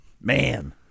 Man